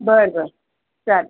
बरं बरं चालेल